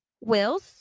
wills